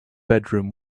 bedroom